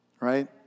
right